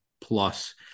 plus